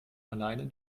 alleine